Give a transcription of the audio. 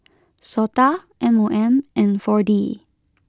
Sota M O M and four D